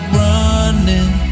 running